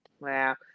wow